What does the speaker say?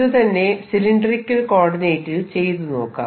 ഇതുതന്നെ സിലിണ്ടറിക്കൽ കോർഡിനേറ്റിൽ ചെയ്തു നോക്കാം